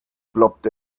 ploppt